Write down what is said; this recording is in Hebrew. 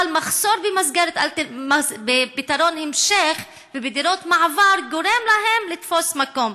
אבל מחסור בפתרון המשך ובדירות מעבר גורם להן לתפוס מקום.